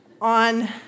on